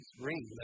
ring